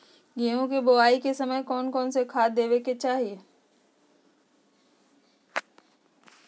गेंहू के बोआई के समय कौन कौन से खाद देवे के चाही?